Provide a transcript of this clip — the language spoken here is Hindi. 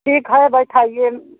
ठीक है बैठाइए